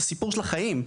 בסיפור של החיים,